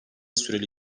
süreli